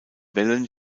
wellen